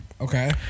Okay